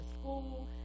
school